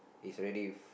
is already